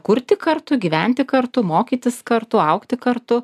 kurti kartu gyventi kartu mokytis kartu augti kartu